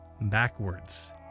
backwards